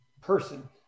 person